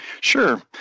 Sure